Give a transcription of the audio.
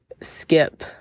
skip